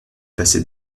passer